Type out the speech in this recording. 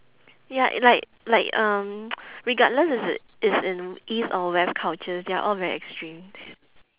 ya like like um regardless is it is in east or west cultures they are all very extremes